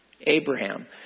Abraham